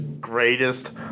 greatest